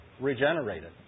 regenerated